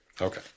Okay